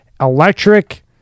electric